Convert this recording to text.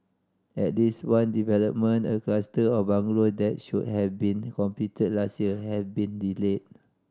at least one development a cluster of bungalow that should have been completed last year have been delayed